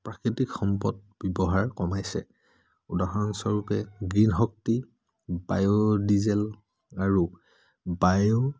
প্ৰাকৃতিক সম্পদ ব্যৱহাৰ কমাইছে উদাহৰণস্বৰূপে গ্ৰীণ শক্তি বায়' ডিজেল আৰু বায়'